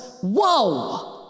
Whoa